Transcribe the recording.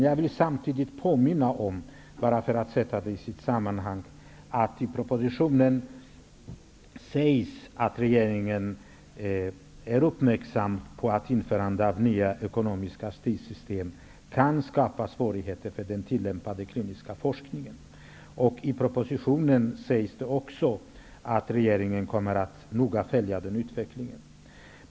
Jag vill i det här sammanhanget påminna om att det, genom att det i propositionen sägs att regeringen är uppmärksam när det gäller införande av nya ekonomiska styrsystem, kan skapa svårigheter för den tillämpade kliniska forskningen. I propositionen sägs också att regeringen kommer att följa utvecklingen noga.